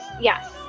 yes